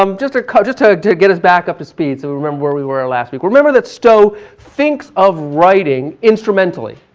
um just a couple, just to to get us back up to speed so we remember where we were ah last week, remember that stow thinks of writing instrumentally,